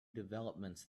developments